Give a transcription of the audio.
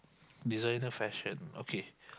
designer fashion okay